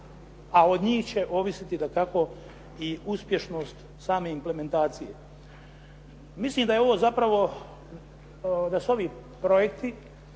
a od njih će ovisiti dakako i uspješnost same implementacije. Mislim da su ovi projekti